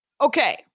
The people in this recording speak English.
okay